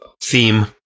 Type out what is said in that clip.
theme